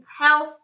health